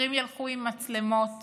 ששוטרים ילכו עם מצלמות